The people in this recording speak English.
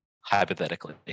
hypothetically